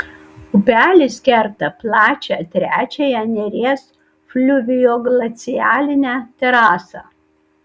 upelis kerta plačią trečiąją neries fliuvioglacialinę terasą